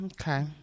Okay